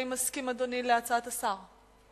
האם מסכים אדוני להצעת השר?